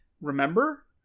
remember